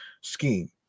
scheme